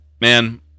Man